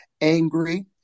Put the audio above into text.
angry